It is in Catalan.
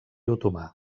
otomà